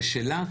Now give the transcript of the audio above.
זה שלה,